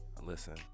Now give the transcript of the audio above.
Listen